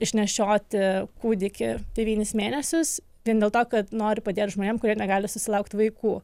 išnešioti kūdikį devynis mėnesius vien dėl to kad nori padėt žmonėm kurie negali susilaukt vaikų